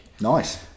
Nice